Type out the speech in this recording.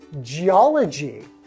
Geology